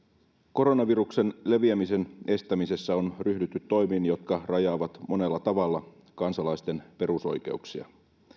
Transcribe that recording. koronaviruksen leviämisen estämisessä on ryhdytty toimiin jotka rajaavat monella tavalla kansalaisten perusoikeuksia